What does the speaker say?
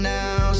Now